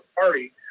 party